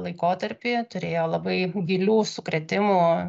laikotarpį turėjo labai gilių sukrėtimų